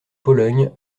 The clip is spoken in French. pologne